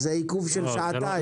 אז זה עיכוב של שעתיים.